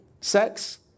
sex